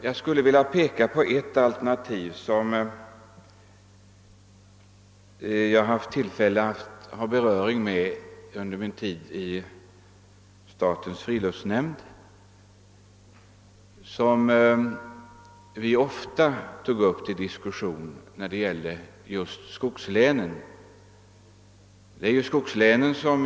Jag vill därför peka på ett alternativ som jag kommit i beröring med under min tid i statens friluftshämnd och som vi ofta diskuterade just med tanke på skogslänen.